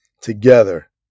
together